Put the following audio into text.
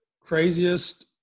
craziest